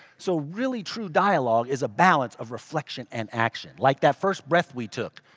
so really true dialogue is a balance of reflection and action like that first breath we took.